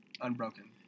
unbroken